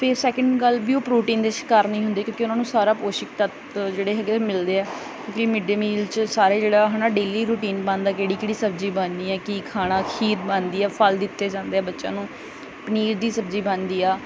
ਫਿਰ ਸੈਕਿੰਡ ਗੱਲ ਵੀ ਉਹ ਪ੍ਰੋਟੀਨ ਦੇ ਸ਼ਿਕਾਰ ਨਹੀਂ ਹੁੰਦੇ ਕਿਉਂਕਿ ਉਹਨਾਂ ਨੂੰ ਸਾਰਾ ਪੋਸ਼ਕ ਤੱਤ ਜਿਹੜੇ ਹੈਗੇ ਮਿਲਦੇ ਆ ਵੀ ਇਹ ਮਿਡਡੇ ਮੀਲ 'ਚ ਸਾਰੇ ਜਿਹੜਾ ਹੈ ਨਾ ਡੇਲੀ ਰੂਟੀਨ ਬਣਦਾ ਕਿਹੜੀ ਕਿਹੜੀ ਸਬਜ਼ੀ ਬਣਨੀ ਹੈ ਕਿ ਖਾਣਾ ਖੀਰ ਬਣਦੀ ਆ ਫ਼ਲ ਦਿੱਤੇ ਜਾਂਦੇ ਆ ਬੱਚਿਆਂ ਨੂੰ ਪਨੀਰ ਦੀ ਸਬਜ਼ੀ ਬਣਦੀ ਆ